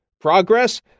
Progress